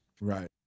Right